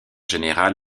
général